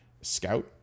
scout